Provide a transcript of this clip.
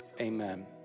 Amen